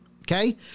Okay